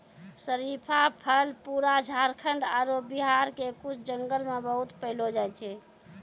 शरीफा फल पूरा झारखंड आरो बिहार के कुछ जंगल मॅ बहुत पैलो जाय छै